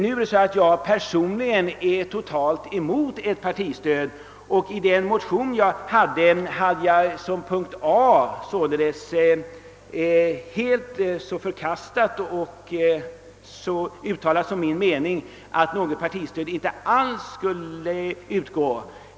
Personligen är jag fullständigt emot tanken på ett partistöd och i min motion förkastade jag i ett stycke helt denna tanke och uttalade som min mening att något partistöd inte alls skulle utgå.